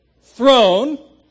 throne